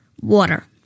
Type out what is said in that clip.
Water